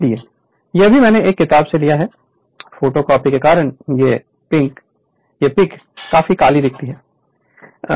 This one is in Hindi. Refer Slide Time 2020 यह भी मैंने एक किताब से लिया है फोटोकॉपी के कारण यह पिक काली दिखती है